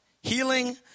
Healing